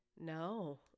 no